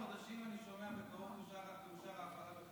את יודעת כמה חודשים אני שומע "בקרוב תאושר ההפעלה"?